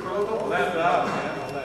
התרבות והספורט וועדת הכספים